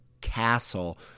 castle